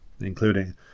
including